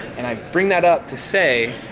and i bring that up to say,